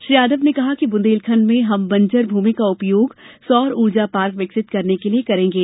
श्री यादव ने कहा कि बुंदेलखंड में हम बंजर भूमि का उपयोग सौर ऊर्जा पार्क विकसित करने के लिए करेंगे